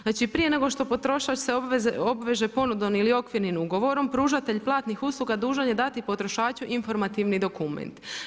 Znači prije nego što potrošač se obveze ponudom ili okvirnim ugovorom pružatelj platnih usluga dužan je dati potrošaču informativni dokument.